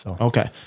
Okay